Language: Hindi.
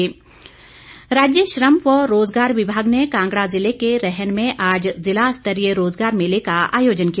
रोजगार मेला राज्य श्रम व रोजगार विभाग ने कांगड़ा जिले के रैहन में आज जिला स्तरीय रोजगार मेले का आयोजन किया